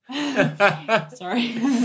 Sorry